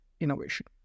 innovation